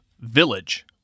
Village